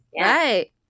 right